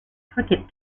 cricket